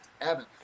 Evan